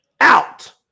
out